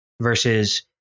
versus